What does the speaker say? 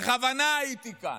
בכוונה הייתי כאן,